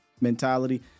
mentality